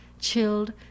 Chilled